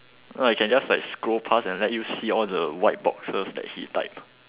no ah you can just like scroll past and let you see all the white boxes that he type